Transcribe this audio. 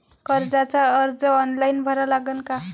कर्जाचा अर्ज ऑनलाईन भरा लागन का?